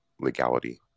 legality